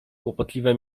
kłopotliwe